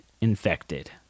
infected